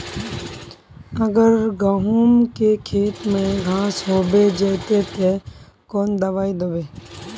अगर गहुम के खेत में घांस होबे जयते ते कौन दबाई दबे?